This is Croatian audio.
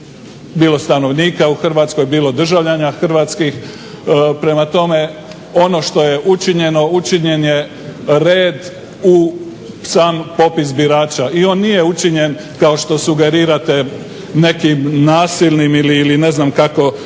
bilo stanovnika u Hrvatskoj, bilo državljana hrvatskih. Prema tome, ono što je učinjeno, učinjen je red u sam popis birača i on nije učinjen kao što sugerirate nekim nasilnim ili ne znam kako